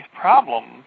problems